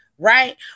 Right